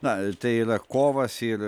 na tai yra kovas ir